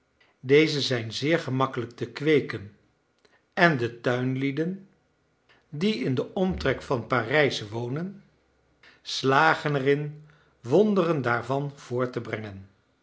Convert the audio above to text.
deze zijn zeer gemakkelijk te kweeken en de tuinlieden die in den omtrek van parijs wonen slagen erin wonderen daarvan voort te brengen